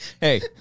Hey